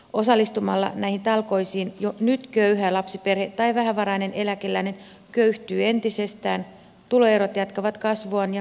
osallistumalla näihin talkoisiin jo nyt köyhä lapsiperhe tai vähävarainen eläkeläinen köyhtyy entisestään tuloerot jatkavat kasvuaan ja eriarvoisuus lisääntyy